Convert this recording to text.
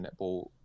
Netball